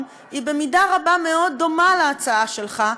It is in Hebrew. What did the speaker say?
היא במידה רבה מאוד דומה להצעה שלך,